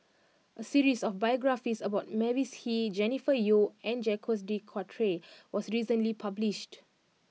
a series of biographies about Mavis Hee Jennifer Yeo and Jacques de Coutre was recently published